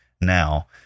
now